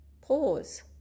pause